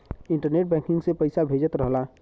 internet banking से पइसा भेजत रहला